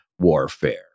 warfare